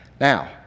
Now